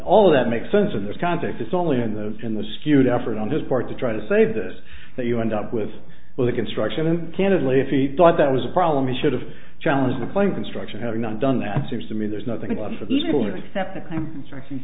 all of that makes sense in this context it's only in those in the skewed effort on his part to try to save this that you end up with all the construction and candidly if he thought that was a problem you should have challenged the claim construction having not done that seems to me there's nothing left for these people